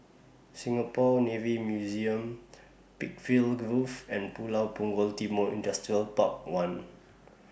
Singapore Navy Museum Peakville Grove and Pulau Punggol Timor Industrial Park one